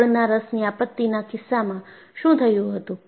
ગોળના રસની આપત્તિના કિસ્સામાં શું થયું હતું